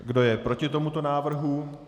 Kdo je proti tomuto návrhu?